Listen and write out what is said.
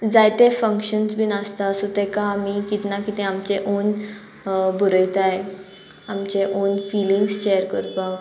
जायते फंक्शन्स बीन आसता सो तेका आमी किदें ना कितें आमचें ओन बरयताय आमचे ओन फिलींग्स शेयर करपाक